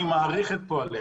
אני מעריך את פועלך,